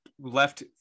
left